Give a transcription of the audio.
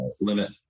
limit